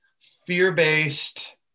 fear-based